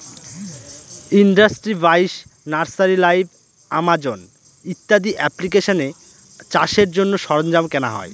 industry বাইশ, nursery live, Amazon ইত্যাদি এপ্লিকেশানে চাষের জন্য সরঞ্জাম কেনা হয়